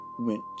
went